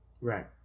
Right